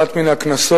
לא אומרים את זה אף פעם.